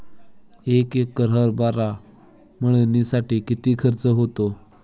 एक एकर हरभरा मळणीसाठी किती खर्च होतो?